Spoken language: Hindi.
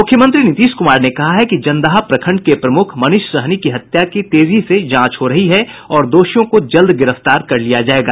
मुख्यमंत्री नीतीश कुमार ने कहा है कि जनदाहा प्रखंड के प्रमुख मनीष सहनी की हत्या की तेजी से जांच हो रही है और दोषियों को जल्द गिरफ्तार कर लिया जायेगा